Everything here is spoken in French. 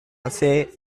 assez